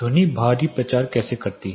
ध्वनि बाहरी प्रचार कैसे करती है